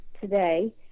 today